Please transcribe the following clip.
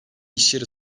işyeri